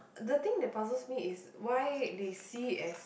the thing that puzzles me is why they see as